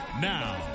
Now